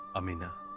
amina.